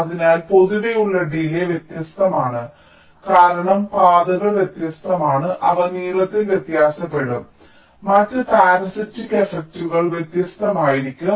അതിനാൽ പൊതുവേയുള്ള ഡിലേയ്യ് വ്യത്യസ്തമാണ് കാരണം പാതകൾ വ്യത്യസ്തമാണ് അവ നീളത്തിൽ വ്യത്യാസപ്പെടും മറ്റ് പാരസിറ്റിക് എഫക്ടുകൾ വ്യത്യസ്തമായിരിക്കും